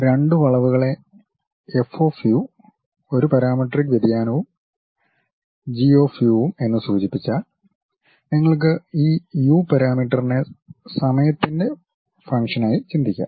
രണ്ട് വളവുകളെ F of യുഒരു പാരാമെട്രിക് വ്യതിയാനവും ജി ഓഫ് യുവും എന്ന് സൂചിപ്പിച്ചാൽ നിങ്ങൾക്ക് ഈ യു പാരാമീറ്ററിനെ സമയത്തിന്റെ ഫംഗ്ഷൻ ആയി ചിന്തിക്കാം